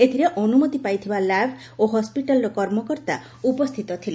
ଏଥିରେ ଅନୁମତି ପାଇଥିବା ଲାବ ଓ ହସ୍ୱିଟାଲର କର୍ମକର୍ତା ଉପସ୍ରିତ ଥିଲେ